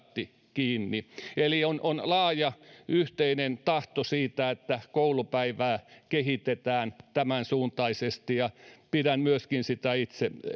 eli on on laaja yhteinen tahto siitä että koulupäivää kehitetään tämänsuuntaisesti ja pidän myöskin itse sitä